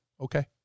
okay